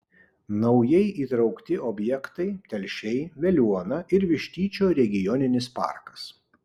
naujai įtraukti objektai telšiai veliuona ir vištyčio regioninis parkas